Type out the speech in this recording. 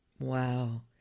wow